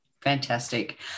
Fantastic